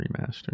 remaster